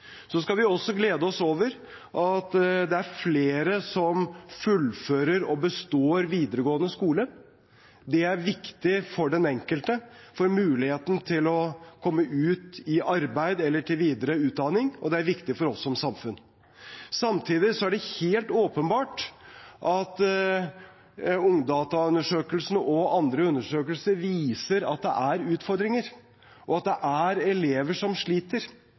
skal også glede oss over at det er flere som fullfører og består videregående skole. Det er viktig for den enkelte, for muligheten til å komme ut i arbeid eller videre utdanning, og det er viktig for oss som samfunn. Samtidig er det helt åpenbart at Ungdata-undersøkelsen og andre undersøkelser viser at det er utfordringer, og at det er elever som sliter.